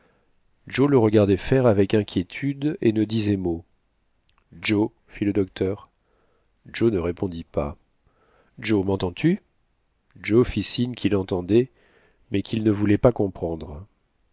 joe le regardait faire avec inquiétude et ne disait mot joe fit le docteur joe ne répondit pas joe m'entends-tu joe fit signe qu'il entendait mais qu'il ne voulait pas comprendre